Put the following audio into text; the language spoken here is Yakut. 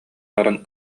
баран